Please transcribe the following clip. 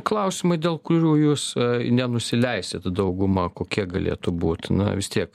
klausimai dėl kurių jūs nenusileisit dauguma kokie galėtų būt na vis tiek